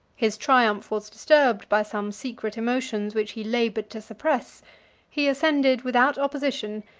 his triumph was disturbed by some secret emotions which he labored to suppress he ascended without opposition,